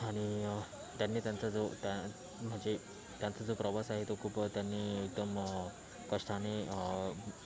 आनी त्यांनी त्यांचा जो म्हणजे त्यांचा जो प्रवास आहे तो खूप त्यांनी एकदम कष्टांनी